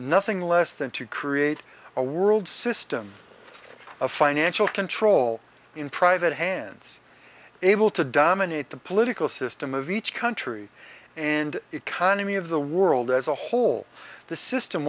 nothing less than to create a world system of financial control in private hands able to dominate the political system of each country and economy of the world as a whole the system